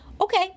okay